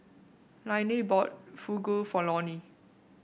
Lainey bought Fugu for Lonny